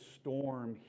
storm